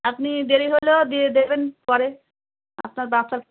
আপনি দেরি হলেও দিয়ে দেবেন পরে আপনার বাচ্চার